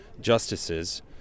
justices